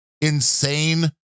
insane